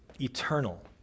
eternal